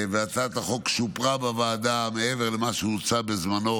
הצעת החוק שופרה בוועדה מעבר למה שהוצע בזמנו